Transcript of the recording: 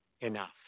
Enough